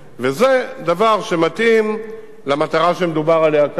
וזה דבר שמתאים למטרה שמדובר עליה כאן,